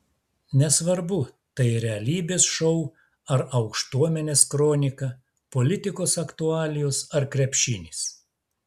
nesvarbu tai realybės šou ar aukštuomenės kronika politikos aktualijos ar krepšinis